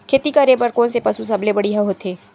खेती करे बर कोन से पशु सबले बढ़िया होथे?